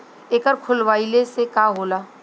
एकर खोलवाइले से का होला?